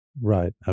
Right